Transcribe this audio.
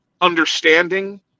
understanding